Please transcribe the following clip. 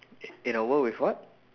i~ in a world with what